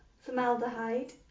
formaldehyde